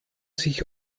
sich